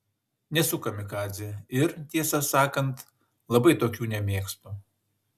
nesu kamikadzė ir tiesą sakant labai tokių nemėgstu